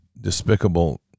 despicable